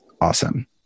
awesome